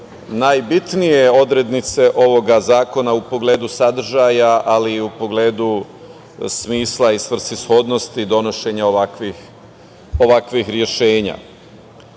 najbitnije odrednice ovoga zakona u pogledu sadržaja, ali i u pogledu smisla i svrsishodnosti donošenja ovakvih rešenja. Mislim